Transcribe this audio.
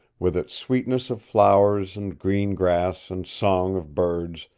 with its sweetness of flowers and green grass and song of birds,